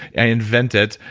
i invent it,